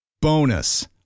Bonus